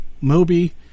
Moby